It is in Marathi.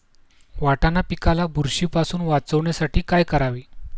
वाटाणा पिकाला बुरशीपासून वाचवण्यासाठी काय करावे?